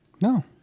No